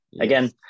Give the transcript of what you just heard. Again